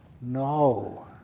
no